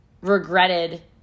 regretted